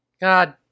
God